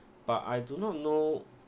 but I do not know